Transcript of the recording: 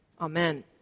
amen